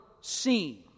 seen